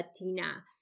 Latina